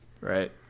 right